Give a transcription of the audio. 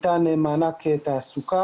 ניתן מענק תעסוקה.